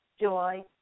joy